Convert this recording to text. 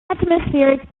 atmospheric